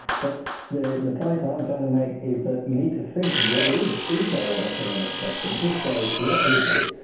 but the the point i'm trying to make is that you need to think what is? is there an economic question? if so, what is it,